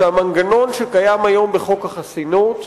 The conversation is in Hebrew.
שהמנגנון שקיים היום בחוק החסינות,